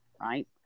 right